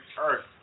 earth